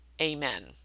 Amen